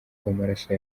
bw’amaraso